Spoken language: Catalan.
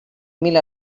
mil